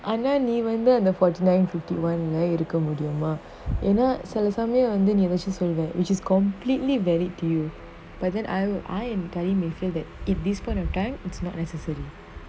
ஆனாநீவந்து:ana nee vandhu remember the forty nine fifty one leh இருக்கமுடியுமா:irukka mudiuma which is completely valid to you but then I'll I am telling you I feel that if this point of time it's not necessary